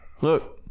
Look